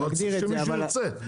אבל צריך שמישהו ירצה,